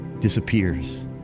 disappears